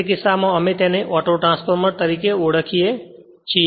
તે કિસ્સામાં અમે તેને ઓટોટ્રાન્સફોર્મર તરીકે ઓળખીએ છીએ